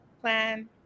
plan